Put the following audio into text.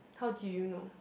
how do you know